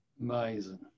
Amazing